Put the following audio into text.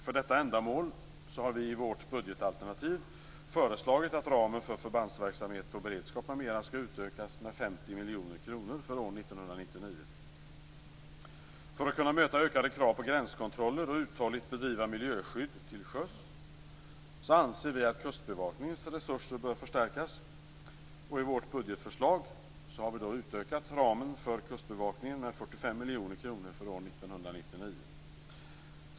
För detta ändamål har vi i vårt budgetalternativ föreslagit att ramen för För att kunna möta ökade krav på gränskontroller och uthålligt bedriva miljöskydd till sjöss anser vi att Kustbevakningens resurser bör förstärkas. I vårt budgetförslag har vi utökat ramen för Kustbevakningen med 45 miljoner kronor för år 1999.